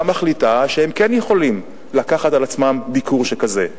מחליטה שהם כן יכולים לקחת על עצמם ביקור שכזה,